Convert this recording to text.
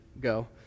go